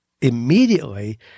immediately